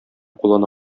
куллана